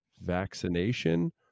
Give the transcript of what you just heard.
vaccination